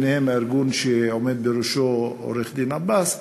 וביניהם הארגון שעומד בראשו עורך-דין עבאס,